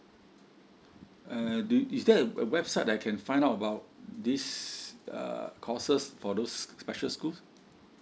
uh do you is there a website that I can find out about this uh courses for those special schools